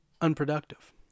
unproductive